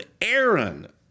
Aaron